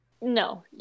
No